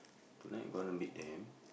tonight gonna me damn